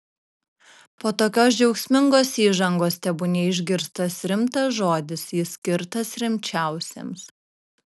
po tokios džiaugsmingos įžangos tebūnie išgirstas rimtas žodis jis skirtas rimčiausiems